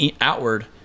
outward